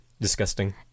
disgusting